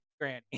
Granny